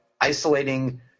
isolating